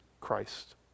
Christ